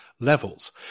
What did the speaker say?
levels